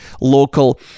local